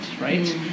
right